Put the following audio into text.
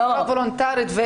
בצורה וולונטרית,